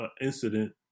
incident